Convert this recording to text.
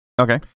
Okay